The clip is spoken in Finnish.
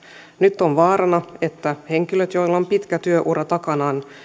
nyt on vaarana että henkilöt joilla on pitkä työura takanaan